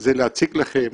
זה להציג לכם